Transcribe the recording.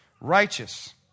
righteous